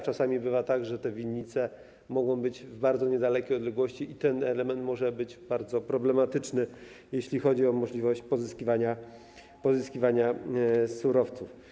Czasami bywa tak, że te winnice są w bardzo niedalekiej odległości i ten element może być bardzo problematyczny, jeśli chodzi o możliwość pozyskiwania surowców.